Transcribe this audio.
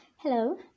Hello